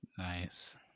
nice